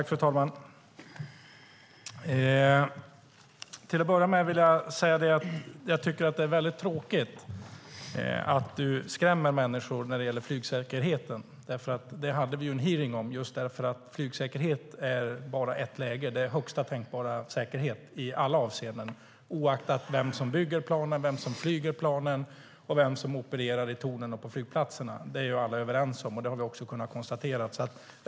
Fru talman! Det är tråkigt att Annika Lillemets skrämmer människor när det gäller flygsäkerheten. Detta har vi haft en hearing om. Vad gäller flygsäkerheten finns bara ett läge: högsta tänkbara säkerhet i alla avseenden, oavsett vem som bygger planen, vem som flyger dem och vem som opererar i tornen och på flygplatserna. Detta är alla överens om, har vi kunnat konstatera.